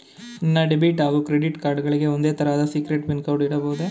ನನ್ನ ಡೆಬಿಟ್ ಹಾಗೂ credit card ಗಳಿಗೆ ಒಂದೇ ತರಹದ ಸೀಕ್ರೇಟ್ ಪಿನ್ ಇಡಬಹುದೇ?